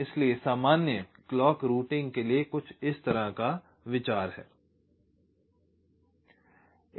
इसलिए सामान्य clock routing के लिए कुछ इस तरह का विचार है